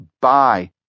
Bye